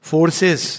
Forces